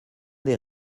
des